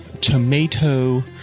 tomato